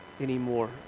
anymore